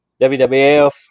WWF